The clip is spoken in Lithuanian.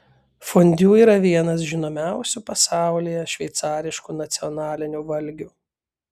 fondiu yra vienas žinomiausių pasaulyje šveicariškų nacionalinių valgių